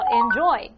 enjoy